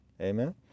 amen